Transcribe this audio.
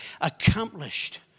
accomplished